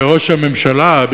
שראש הממשלה,